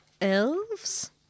Elves